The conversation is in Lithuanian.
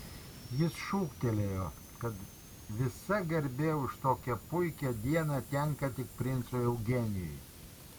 jis šūktelėjo kad visa garbė už tokią puikią dieną tenka tik princui eugenijui